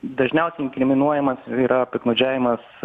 dažniausiai inkriminuojamas yra piktnaudžiavimas